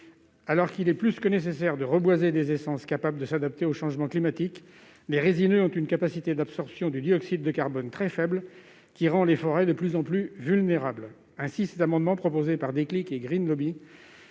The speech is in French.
Alors qu'il est plus que nécessaire de reboiser avec des essences capables de s'adapter aux changements climatiques, les résineux ont une capacité d'absorption du dioxyde de carbone très faible, ce qui rend les forêts de plus en plus vulnérables. Ainsi, cet amendement, proposé parDéclic etGreenlobby, vise